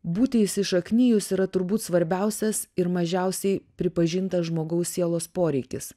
būti įsišaknijus yra turbūt svarbiausias ir mažiausiai pripažintas žmogaus sielos poreikis